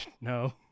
no